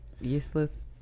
useless